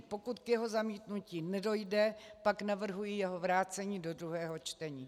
Pokud k jeho zamítnutí nedojde, pak navrhuji jeho vrácení do druhého čtení.